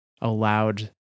allowed